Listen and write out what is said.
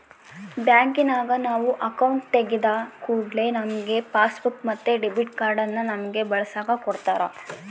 ಬ್ಯಾಂಕಿನಗ ನಾವು ಅಕೌಂಟು ತೆಗಿದ ಕೂಡ್ಲೆ ನಮ್ಗೆ ಪಾಸ್ಬುಕ್ ಮತ್ತೆ ಡೆಬಿಟ್ ಕಾರ್ಡನ್ನ ನಮ್ಮಗೆ ಬಳಸಕ ಕೊಡತ್ತಾರ